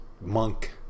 monk